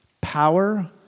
power